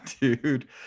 dude